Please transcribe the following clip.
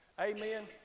Amen